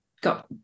got